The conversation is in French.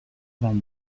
vingt